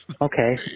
Okay